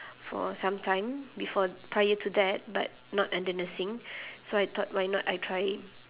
for some time before prior to that but not under nursing so I thought why not I try